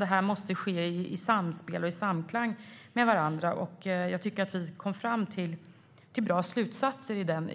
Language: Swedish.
Det måste ske i samspel och samklang med varandra. Jag tycker att vi i kommitténs arbete kom fram till bra slutsatser.